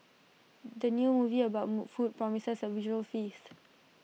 the new movie about food promises A visual feast